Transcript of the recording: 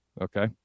okay